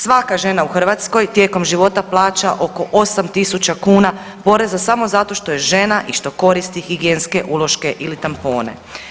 Svaka žena u Hrvatskoj tijekom života plaća oko 8 tisuća kuna poreza samo zato što je žena i što koristi higijenske uloške ili tampone.